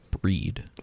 breed